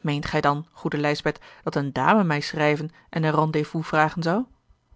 meent gij dan goede lijsbeth dat eene dame mij schrijven en een rendez-vous vragen zou